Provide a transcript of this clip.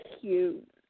cute